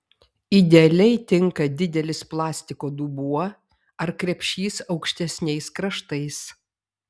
idealiai tinka didelis plastiko dubuo ar krepšys aukštesniais kraštais